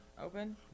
open